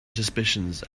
suspicions